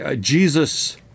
Jesus